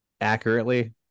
accurately